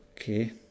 okay